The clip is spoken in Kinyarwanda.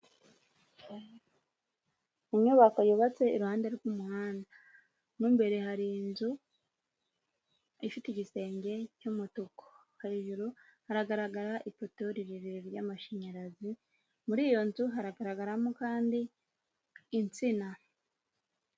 Inyubako yubatse iruhande rw'umuhanda, mo imbere hari inzu ifite igisenge cy'umutuku, hejuru haragaragara ipoto rirerire ry'amashanyarazi, muri iyo nzu haragaragaramo kandi insina.